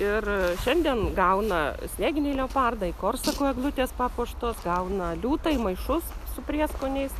ir šiandien gauna snieginiai leopardai korsako eglutės papuoštos gauna liūtai maišus su prieskoniais